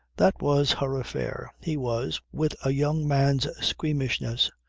that was her affair. he was, with a young man's squeamishness,